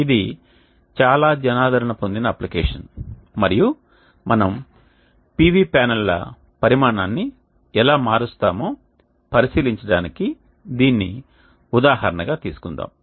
ఇది చాలా జనాదరణ పొందిన అప్లికేషన్ మరియు మేము PV ప్యానెల్ల పరిమాణాన్ని ఎలా మారుస్తామో పరిశీలించడానికి దీనిని ఉదాహరణగా తీసుకుందాం